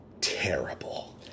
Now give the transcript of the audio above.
Terrible